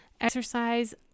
exercise